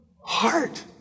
heart